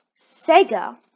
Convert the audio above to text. sega